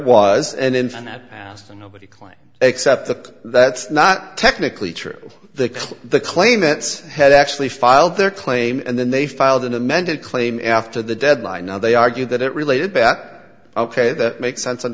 was an intern that asked and nobody claimed except that's not technically true the the claim that had actually filed their claim and then they filed an amended claim after the deadline now they argue that it related bat ok that makes sense und